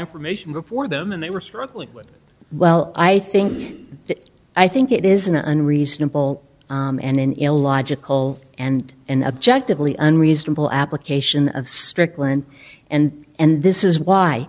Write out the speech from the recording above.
information before them and they were struggling with well i think i think it is an unreasonable and an illogical end and objectively unreasonable application of strickland and and this is why